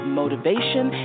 motivation